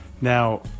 Now